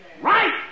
Right